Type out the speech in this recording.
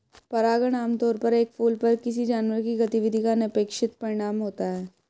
परागण आमतौर पर एक फूल पर किसी जानवर की गतिविधि का अनपेक्षित परिणाम होता है